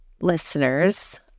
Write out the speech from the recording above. listeners